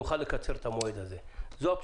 נוכל לקצר את המועד הזה.